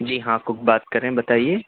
جی ہاں کک بات کر رہے ہیں بتائیے